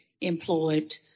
employed